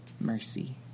mercy